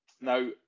Now